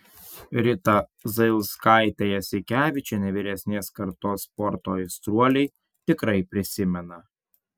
ritą zailskaitę jasikevičienę vyresnės kartos sporto aistruoliai tikrai prisimena